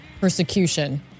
persecution